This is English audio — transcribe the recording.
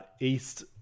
East